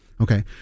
okay